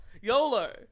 YOLO